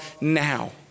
now